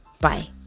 Bye